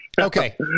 okay